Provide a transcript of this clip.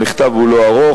המכתב לא ארוך,